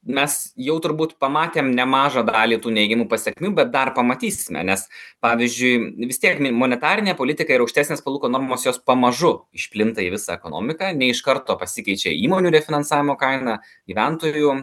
mes jau turbūt pamatėm nemažą dalį tų neigiamų pasekmių bet dar pamatysime nes pavyzdžiui vis tiek jinai monetarinė politika ir aukštesnės palūkanų normos jos pamažu išplinta į visą ekonomiką ne iš karto pasikeičia įmonių refinansavimo kaina gyventojų